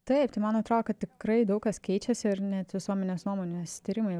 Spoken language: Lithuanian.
taip tai man atrodo kad tikrai daug kas keičiasi ir net visuomenės nuomonės tyrimai